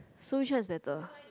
so which one is better